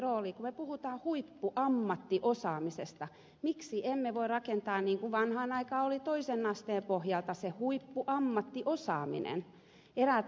kun me puhumme huippuammattiosaamisesta miksi emme voi rakentaa niin kuin vanhaan aikaan toisen asteen pohjalta sitä huippuammattiosaamista